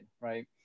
right